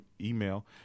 email